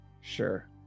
Sure